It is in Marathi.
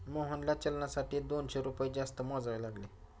मोहनला चलनासाठी दोनशे रुपये जास्त मोजावे लागले